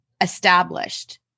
established